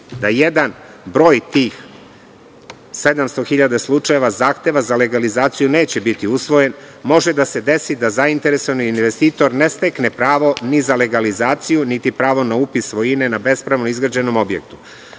da jedan broj tih 700.000 slučajeva zahteva za legalizaciju neće biti usvojen, može da se desi da zainteresovan investitor ne stekne pravo ni za legalizaciju, niti pravo na upis svojine na bespravno izgrađenom objektu.